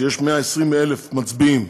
שיש 120,000 מצביעים,